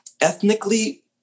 ethnically